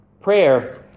Prayer